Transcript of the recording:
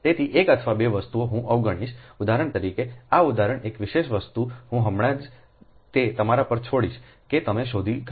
તેથી 1 અથવા 2 વસ્તુઓ હું અવગણીશઉદાહરણ તરીકે આ ઉદાહરણ એક વિશેષ વસ્તુ હું હમણાં જ તે તમારા પર છોડીશ કે તમે શોધી કા